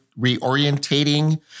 reorientating